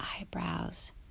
eyebrows